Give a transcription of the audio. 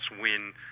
win